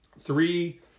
three